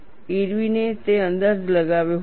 ઇરવિને તે અંદાજ લગાવ્યો હતો